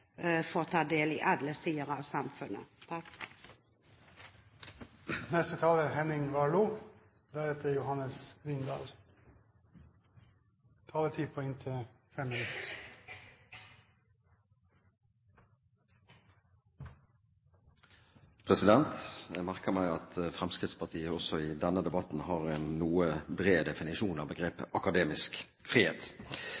få ta del i alle sider av samfunnet. Jeg merker meg at Fremskrittspartiet også i denne debatten har en noe bred definisjon av